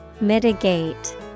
Mitigate